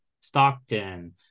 Stockton